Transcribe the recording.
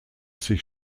sich